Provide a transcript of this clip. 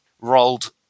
rolled